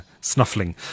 snuffling